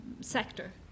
sector